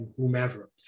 whomever